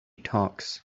talks